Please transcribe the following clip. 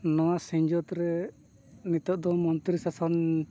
ᱱᱚᱣᱟ ᱥᱤᱧᱚᱛ ᱨᱮ ᱱᱤᱛᱳᱜ ᱫᱚ ᱢᱚᱱᱛᱨᱤ ᱥᱟᱥᱚᱱ